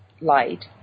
Light